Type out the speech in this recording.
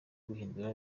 guhindura